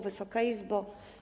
Wysoka Izbo!